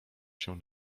się